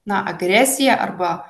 na agresija arba